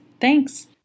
Thanks